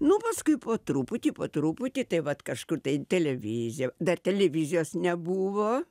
nu paskui po truputį po truputį tai vat kažkur tai televizija dar televizijos nebuvo